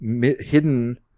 hidden